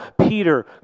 Peter